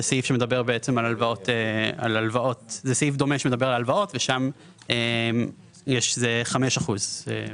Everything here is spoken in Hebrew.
זה סעיף דומה שמדבר על הלוואות ושם 5 אחוזים.